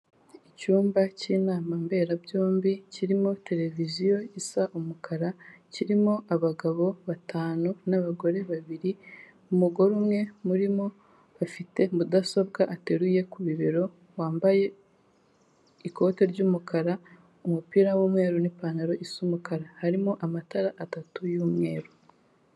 Icyumba cy'inama mberabyombi kirimo televiziyo isa umukara, kirimo abagabo batanu n'abagore babiri umugore umwe murimo afite mudasobwa ateruye ku bibero wambaye ikote ry'umukara umupira w'umweru n'ipantaro isa umukara harimo amatara atatu y'umweru.